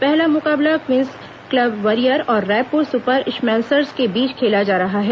पहला मुकाबला Queens Club Warrior और रायपुर सुपर स्मैशर्स के बीच खेला जा रहा है